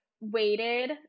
waited